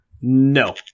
no